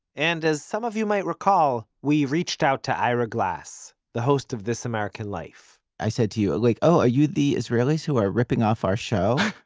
and as some of you might recall we reached out to ira glass, the host of this american life i said to you, like, oh, are you the israelis who are ripping off our show.